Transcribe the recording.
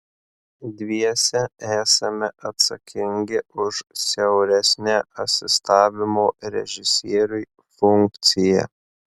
dviese esame atsakingi už siauresnę asistavimo režisieriui funkciją